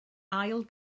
ail